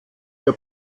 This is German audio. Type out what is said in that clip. der